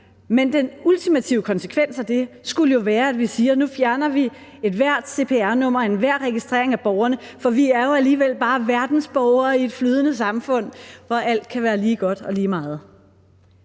men den ultimative konsekvens af det skulle jo være, at vi siger, at vi nu fjerner ethvert cpr-nummer og enhver registrering af borgerne, fordi vi jo alligevel bare er verdensborgere i et flydende samfund, hvor alt kan være lige godt og lige meget.